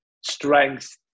Strength